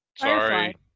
Sorry